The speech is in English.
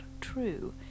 true